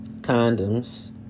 condoms